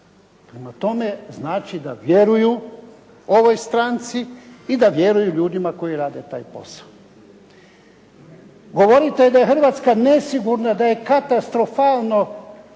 Prema tome, znači da vjeruju ovoj stranci i da vjeruju ljudima koji rade taj posao. Govorite da je Hrvatska nesigurna, da je katastrofalno,